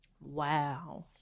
Wow